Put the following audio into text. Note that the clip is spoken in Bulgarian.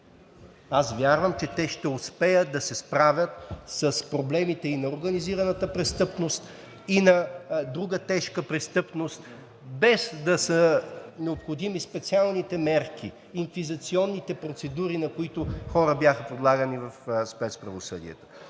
Аз вярвам, че те ще успеят да се справят с проблемите и на организираната престъпност, и на друга тежка престъпност, без да са необходими специалните мерки – инквизиционните процедури, на които хора бяха подлагани в спецправосъдието.